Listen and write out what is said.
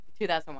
2001